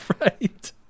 right